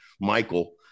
Michael